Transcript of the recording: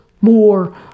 more